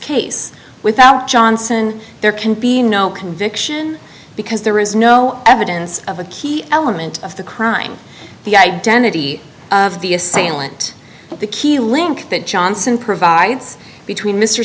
case without johnson there can be no conviction because there is no evidence of a key element of the crime the identity of the assailant the key link that johnson provides between mr